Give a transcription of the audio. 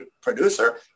producer